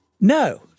No